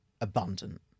abundant